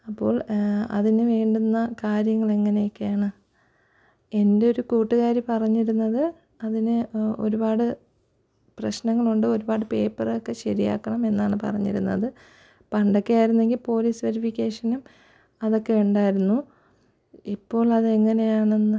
അപ്പോൾ അതിനു വേണ്ടുന്ന കാര്യങ്ങളെങ്ങനെയൊക്കെയാണ് എൻറ്റൊരു കൂട്ടുകാരി പറഞ്ഞിരുന്നത് അതിനെ ഒരുപാട് പ്രശ്നങ്ങളുണ്ട് ഒരുപാട് പേപ്പറൊക്കെ ശരിയാക്കണമെന്നാണ് പറഞ്ഞിരുന്നത് പണ്ടൊക്കെ ആയിരുന്നെങ്കിൽ പോലീസ് വെരിഫിക്കേഷനും അതൊക്കെയുണ്ടായിരുന്നു ഇപ്പോളത് എങ്ങനെയാണെന്ന്